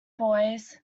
boys